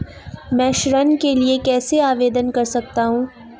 मैं ऋण के लिए कैसे आवेदन कर सकता हूं?